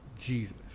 jesus